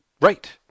Right